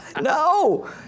No